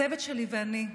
הצוות שלי ואני,